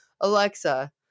Alexa